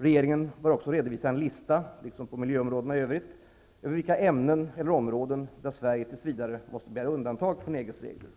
Regeringen bör också redovisa en lista -- liksom på miljöområdena i övrigt -- över de ämnen eller områden för vilka Sverige tills vidare måste begära undantag från EG:s regler.